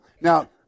Now